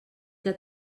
que